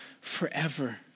forever